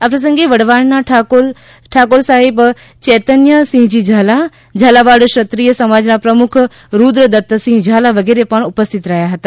આ પ્રસંગે વઢવાણના ઠાકોર સાહેબ ચૈતન્ય સિંહજી ઝાલા ઝાલાવાડ ક્ષત્રિય સમાજના પ્રમુખ રુદ્ર દત્ત સિંહ ઝાલા વિગેરે ઉપસ્થિત રહ્યા હતા